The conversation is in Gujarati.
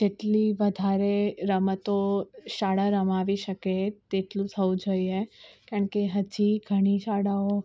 જેટલી વધારે રમતો શાળા રમાડી શકે તેટલું થવું જોઈએ કારણ કે હજી ઘણી શાળાઓ